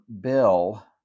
bill